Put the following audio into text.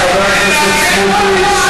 אתה דמגוג.